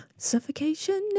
Suffocation